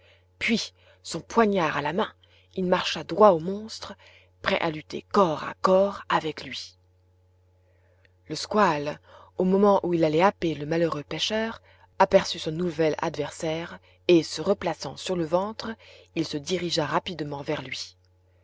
puis son poignard à la main il marcha droit au monstre prêt à lutter corps à corps avec lui le squale au moment où il allait happer le malheureux pêcheur aperçut son nouvel adversaire et se replaçant sur le ventre il se dirigea rapidement vers lui